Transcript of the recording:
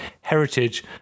heritage